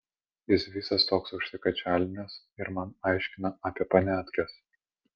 jis visas toks užsikačialinęs ir man aiškina apie paniatkes